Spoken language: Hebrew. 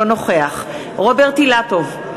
אינו נוכח רוברט אילטוב,